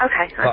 Okay